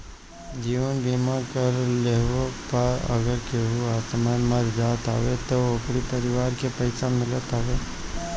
जीवन बीमा करा लेहला पअ अगर केहू असमय मर जात हवे तअ ओकरी परिवार के पइसा मिलत हवे